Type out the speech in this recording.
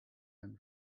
and